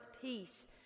peace